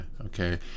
Okay